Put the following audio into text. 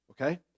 Okay